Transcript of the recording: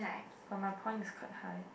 but my point is quite high